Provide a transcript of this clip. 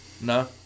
No